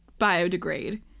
biodegrade